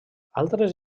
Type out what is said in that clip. altres